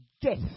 death